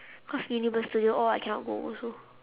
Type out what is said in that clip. cause universal-studios all I cannot go also